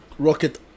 rocket